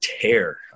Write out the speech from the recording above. tear